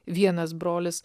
vienas brolis